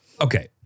okay